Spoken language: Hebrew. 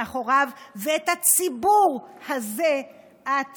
שמאחוריו, ואת הציבור הזה את